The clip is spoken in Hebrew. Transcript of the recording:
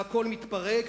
והכול מתפרק.